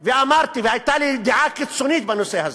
ואמרתי, והייתה לי דעה קיצונית בנושא הזה,